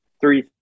three